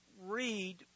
read